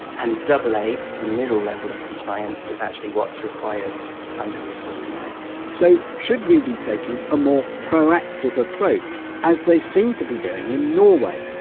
and doubly, the middle level of compliance is actually what's required under the equality act so, should we be taking a more proactive approach as they seem to be doing in norway?